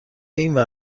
اینور